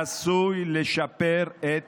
צעד זה עשוי לשפר את,